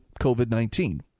COVID-19